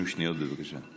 עוד 30 שניות, בבקשה.